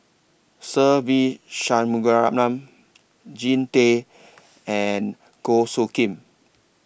Se Ve Shanmugam Jean Tay and Goh Soo Khim